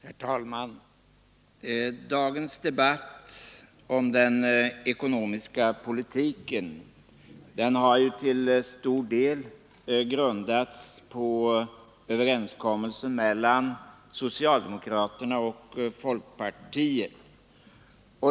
Herr talman! Dagens debatt om den ekonomiska politiken har till stor del grundats på överenskommelsen mellan socialdemokraterna och folkpartiet.